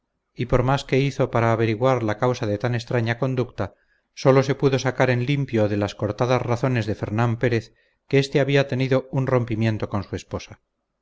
y por más que hizo para averiguar la causa de tan extraña conducta sólo se pudo sacar en limpio de las cortadas razones de fernán pérez que éste había tenido un rompimiento con su esposa